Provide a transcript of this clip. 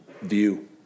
view